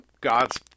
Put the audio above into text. god's